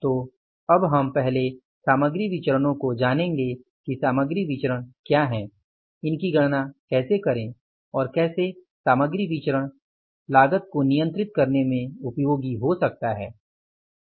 तो अब हम पहले सामग्री विचरणो को जानेंगे कि सामग्री विचरण क्या हैं इनकी गणना कैसे करें और कैसे सामग्री विचरण लागत को नियंत्रित करने में उपयोगी हो सकता हैं